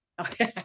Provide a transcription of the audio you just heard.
Okay